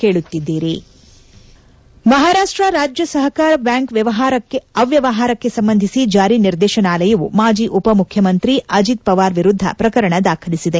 break Maharashtra ರಾಜ್ಯ ಸಹಕಾರ bank ಅವ್ಯವಹಾರಕ್ಕೆ ಸಂಬಂಧಿಸಿ ಜಾರಿ ನಿರ್ದೇಶನಾಲಯವು ಮಾಜಿ ಉಪ ಮುಖ್ಯಮಂತ್ರಿ ಅಜಿತ್ ಪವಾರ್ ವಿರುದ್ದ ಪ್ರಕರಣ ದಾಖಲಿಸಿದೆ